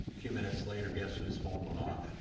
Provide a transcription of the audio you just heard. two minutes later guess who's phone went off?